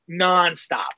nonstop